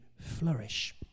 flourish